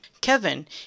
Kevin